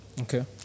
Okay